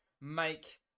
make